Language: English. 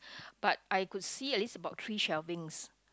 but I could see at least about three shelvings